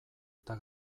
eta